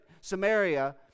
Samaria